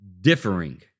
differing